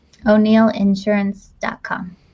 O'Neillinsurance.com